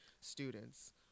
students